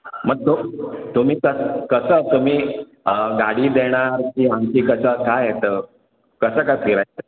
मग तू तुम्ही क कसं तुम्ही गाडी देणार की आणखी कसं काय तर कसं काय